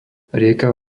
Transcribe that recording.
rieka